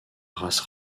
race